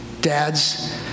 Dads